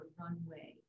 runway